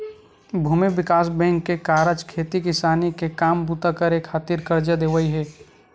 भूमि बिकास बेंक के कारज खेती किसानी के काम बूता करे खातिर करजा देवई हे